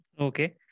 Okay